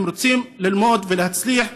הם רוצים ללמוד ולהצליח,